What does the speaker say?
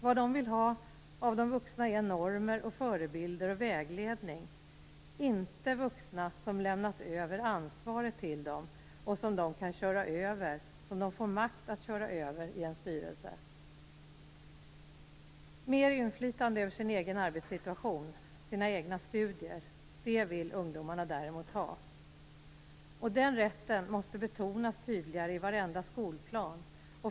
Vad de vill ha av de vuxna är normer, förebilder och vägledning, inte vuxna som lämnat över ansvar till dem och som de får makt att köra över i en styrelse. Mer inflytande över sin egen arbetssituation och sina studier vill däremot ungdomarna ha. Den rätten måste betonas tydligare i varenda skolplan.